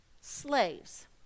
slaves